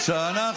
בסדר?